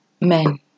Men